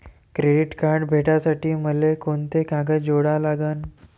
Credit card भेटासाठी मले कोंते कागद जोडा लागन?